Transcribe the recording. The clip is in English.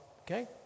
Okay